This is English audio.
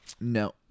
No